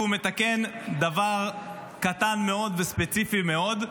כי הוא מתקן דבר קטן מאוד וספציפי מאוד.